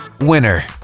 winner